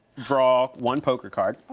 draw one poker card.